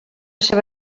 seva